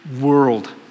world